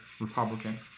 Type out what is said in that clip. republican